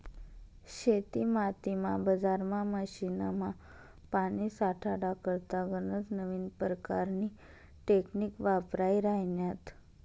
शेतीमातीमा, बजारमा, मशीनमा, पानी साठाडा करता गनज नवीन परकारनी टेकनीक वापरायी राह्यन्यात